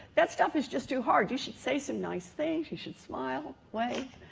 that stuff is just too hard. you should say some nice things. you should smile. wait.